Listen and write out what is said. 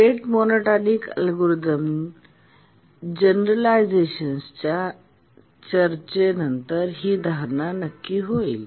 rate monotonic algorithm जनरलायजेशनसच्या चर्चे नंतर ही धारणा नक्की होईल